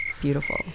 Beautiful